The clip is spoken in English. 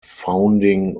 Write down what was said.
founding